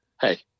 hey